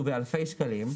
הוא באלפי שקלים,